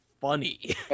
funny